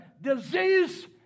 disease